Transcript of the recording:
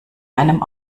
einem